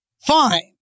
Fine